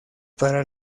para